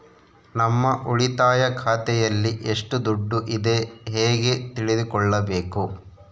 ನಮ್ಮ ಉಳಿತಾಯ ಖಾತೆಯಲ್ಲಿ ಎಷ್ಟು ದುಡ್ಡು ಇದೆ ಹೇಗೆ ತಿಳಿದುಕೊಳ್ಳಬೇಕು?